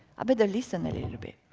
i better listen a little bit.